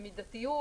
במידתיות.